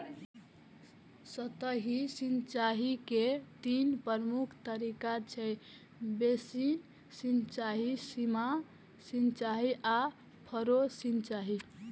सतही सिंचाइ के तीन प्रमुख तरीका छै, बेसिन सिंचाइ, सीमा सिंचाइ आ फरो सिंचाइ